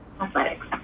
Athletics